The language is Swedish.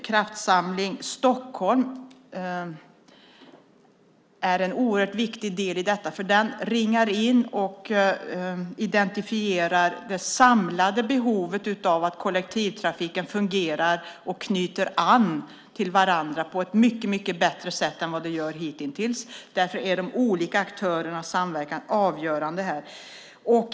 Kraftsamling Stockholm är en oerhört viktig del i detta. Den ringar in och identifierar det samlade behovet av att kollektivtrafiken fungerar och att de olika delarna knyter an till varandra på ett bättre sätt än hitintills. Därför är de olika aktörernas samverkan avgörande.